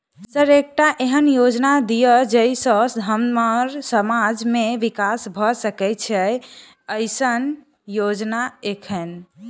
Sir एकटा एहन योजना दिय जै सऽ हम्मर समाज मे विकास भऽ सकै छैय एईसन योजना एखन?